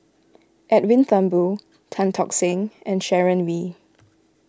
Edwin Thumboo Tan Tock Seng and Sharon Wee